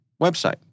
website